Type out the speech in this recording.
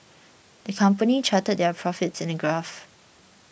the company charted their profits in a graph